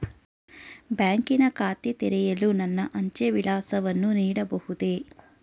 ಬ್ಯಾಂಕಿನ ಖಾತೆ ತೆರೆಯಲು ನನ್ನ ಅಂಚೆಯ ವಿಳಾಸವನ್ನು ನೀಡಬಹುದೇ?